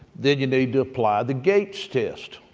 then you need to apply the gates test.